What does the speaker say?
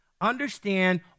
Understand